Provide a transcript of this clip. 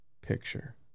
picture